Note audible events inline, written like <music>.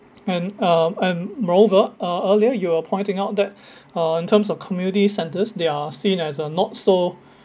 and um and moreover uh earlier you're pointing out that <breath> uh in terms of community centres they are seen as a not so